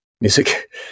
music